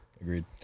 Agreed